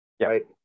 Right